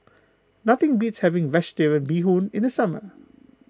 nothing beats having Vegetarian Bee Hoon in the summer